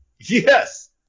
Yes